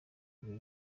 biba